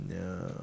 No